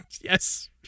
Yes